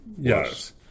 Yes